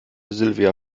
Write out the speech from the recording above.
silvia